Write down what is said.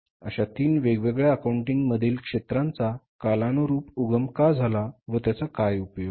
अश्या तीन वेगवेगळ्या अकाउंटिंग मधील क्षेत्रांचा कालानुरूप उगम का झाला व त्याचा काय उपयोग